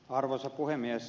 arvoisa puhemies